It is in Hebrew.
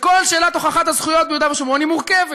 שכל שאלת הוכחת הזכויות ביהודה ושומרון היא מורכבת.